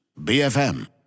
BFM